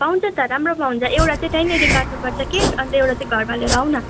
पाउँछ त राम्रो पाउँछ एउटा चाहिँ त्यहीँनेर काट्नुपर्छ केक अनि त एउटा चाहिँ घरमा लिएर आऊँ न